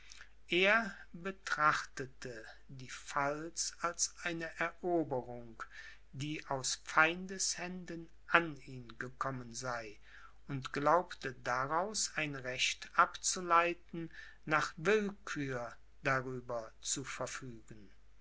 er betrachtete die pfalz als eine eroberung die aus feindeshänden an ihn gekommen sei und glaubte daraus ein recht abzuleiten nach willkür darüber zu verfügen